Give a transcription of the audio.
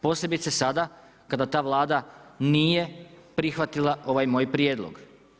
Posebice sada kada ta Vlada nije prihvatila ovaj moj prijedlog.